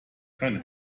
keine